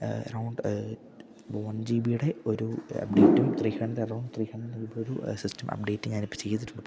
around one ജിബിയുടെ ഒരു അപ്ഡേറ്റും three hundred around three hundred ഒരു സിസ്റ്റം അപ്ഡേറ്റ് ഞാനിപ്പ ചെയ്തിട്ടുണ്ടിപ്പം